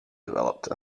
developed